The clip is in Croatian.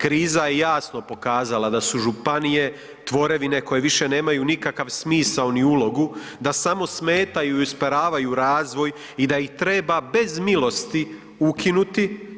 Kriza je jasno pokazala da su županije tvorevine koje više nemaju nikakav smisao, ni ulogu, da samo smetaju i usporavaju razvoj i da ih treba bez milosti ukinuti.